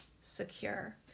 secure